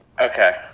Okay